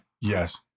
Yes